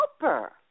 helper